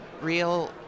real